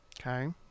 Okay